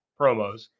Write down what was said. promos